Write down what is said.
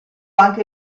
anche